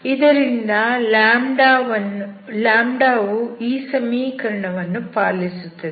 ಆದ್ದರಿಂದ λ ವು ಈ ಸಮೀಕರಣವನ್ನು ಪಾಲಿಸುತ್ತದೆ